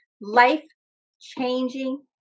life-changing